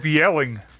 yelling